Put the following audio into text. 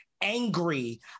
angry